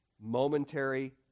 momentary